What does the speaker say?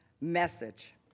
message